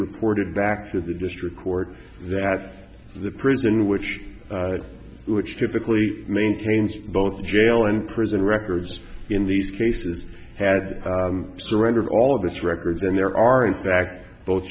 reported back to the district court that the prison which which typically maintains both jail and prison records in these cases had surrendered all of this records and there are in fact both